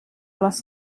les